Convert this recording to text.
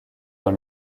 dans